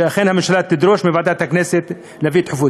שאכן הממשלה תדרוש מוועדת הכנסת להביא את החוק.